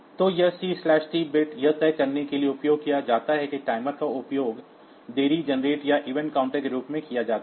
तो यह CT bit यह तय करने के लिए उपयोग किया जाता है कि टाइमर का उपयोग देरी जनरेटर या इवेंट काउंटर के रूप में किया जाता है